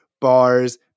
bars